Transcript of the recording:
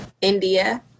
India